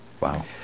Wow